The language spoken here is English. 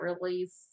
release